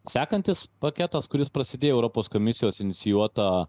sekantis paketas kuris prasidėjo europos komisijos inicijuota